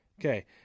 Okay